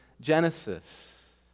Genesis